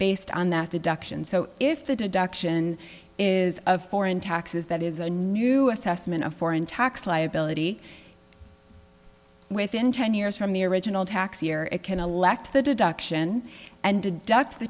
based on that deduction so if the deduction is a foreign taxes that is a new assessment of foreign tax liability within ten years from the original tax year it can elect the deduction and deduct the